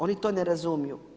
Oni to ne razumiju.